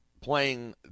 playing